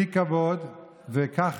סתם את הפרצה בנמל התעופה בן-גוריון ופתח את